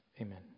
Amen